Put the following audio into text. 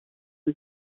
was